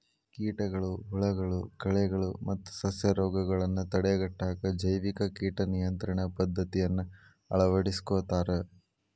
ಕೇಟಗಳು, ಹುಳಗಳು, ಕಳೆಗಳು ಮತ್ತ ಸಸ್ಯರೋಗಗಳನ್ನ ತಡೆಗಟ್ಟಾಕ ಜೈವಿಕ ಕೇಟ ನಿಯಂತ್ರಣ ಪದ್ದತಿಯನ್ನ ಅಳವಡಿಸ್ಕೊತಾರ